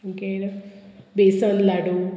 बेसन लाडू